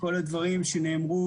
כל הדברים שנאמרו,